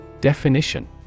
Definition